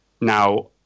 Now